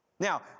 Now